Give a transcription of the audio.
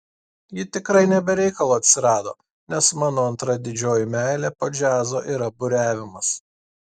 ji tikrai ne be reikalo atsirado nes mano antra didžioji meilė po džiazo yra buriavimas